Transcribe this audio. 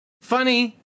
funny